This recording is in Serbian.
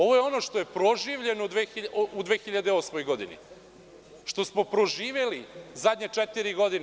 Ovo je ono što je proživljeno 2008. godine, što smo proživeli zadnjih pet godina.